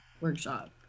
workshop